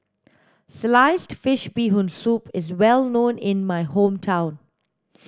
sliced fish bee hoon soup is well known in my hometown